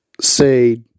say